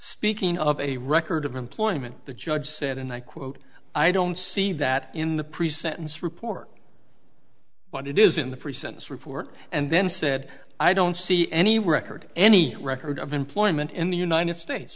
speaking of a record of employment the judge said and i quote i don't see that in the pre sentence report what it is in the prisons report and then said i don't see any record any record of employment in the united states